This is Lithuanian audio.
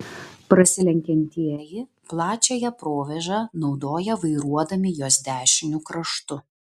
prasilenkiantieji plačiąją provėžą naudoja vairuodami jos dešiniu kraštu